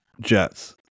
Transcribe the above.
Jets